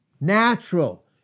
natural